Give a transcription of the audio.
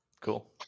cool